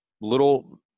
little